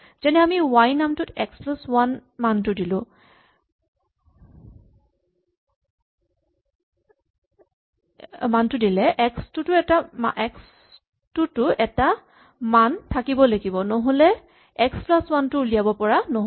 যেনে আমি ৱাই নামটোত এক্স প্লাচ ৱান মানটো দিলে এক্স টোতো এটা মান থাকিব লাগিব নহ'লে এক্স প্লাচ ৱান টো উলিয়াব পৰা নহ'ব